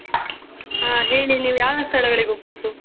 ಹಾಂ ಹೇಳಿ ನೀವು ಯಾವ್ಯಾವ ಸ್ಥಳಗಳಿಗೆ ಹೋಗಬೇಕು